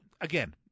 Again